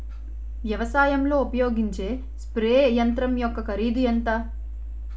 వ్యవసాయం లో ఉపయోగించే స్ప్రే యంత్రం యెక్క కరిదు ఎంత?